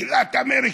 גילה את אמריקה.